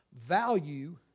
Value